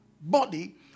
body